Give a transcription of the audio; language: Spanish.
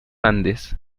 andes